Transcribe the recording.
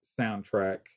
soundtrack